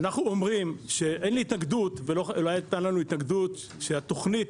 אין לי התנגדות ולא הייתה לנו התנגדות שהתוכנית